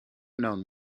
known